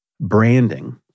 branding